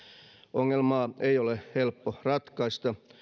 ongelmaa ei ole helppo ratkaista